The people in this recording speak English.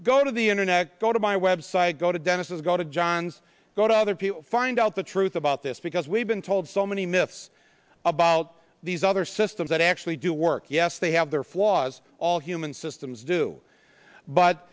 go to the internet go to my website go to dennis's go to johns go to other people find out the truth about this because we've been told so many myths about these other systems that actually do work yes they have their flaws all human systems do but